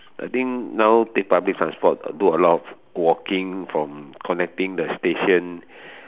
I think now take public transport got do a lot of walking from connecting the station